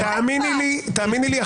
תאמיני לי,